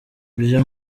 ivyo